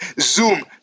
Zoom